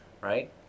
right